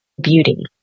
beauty